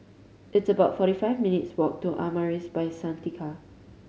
it's about forty five minutes' walk to Amaris By Santika